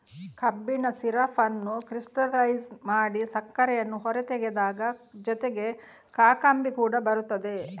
ಕಬ್ಬಿನ ಸಿರಪ್ ಅನ್ನು ಕ್ರಿಸ್ಟಲೈಜ್ ಮಾಡಿ ಸಕ್ಕರೆಯನ್ನು ಹೊರತೆಗೆದಾಗ ಜೊತೆಗೆ ಕಾಕಂಬಿ ಕೂಡ ಬರುತ್ತದೆ